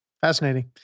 Fascinating